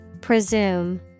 Presume